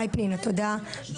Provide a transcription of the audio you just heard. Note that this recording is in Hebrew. תודה.